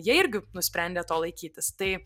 jie irgi nusprendė to laikytis tai